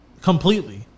completely